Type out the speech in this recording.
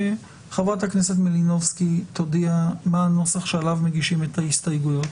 חברת הכנסת מלינובסקי תודיע מה הנוסח שעליו מגישים את ההסתייגויות.